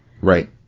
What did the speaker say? Right